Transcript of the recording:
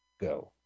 go